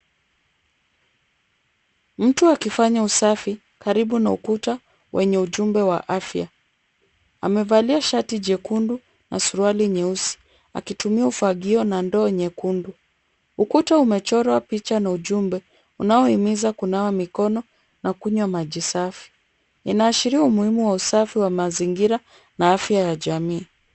Mtu akifanya usafi karibu na ukuta wenye ujumbe wa afya, amevalia shati jekundu na suruali nyeusi. Akitumia ufagio na ndoo nyekundu .Ukuta umechorwa picha na ujumbe unaohimiza kunawa mikono na kunywa maji safi. Inaashiria umuhimu wa usafi wa mazingira, na afya ya jamii.